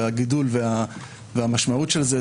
והגידול והמשמעות של זה.